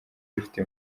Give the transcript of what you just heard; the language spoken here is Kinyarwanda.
dufite